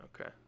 Okay